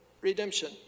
redemption